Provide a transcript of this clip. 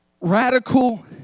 Radical